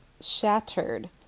Shattered